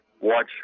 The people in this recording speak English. watch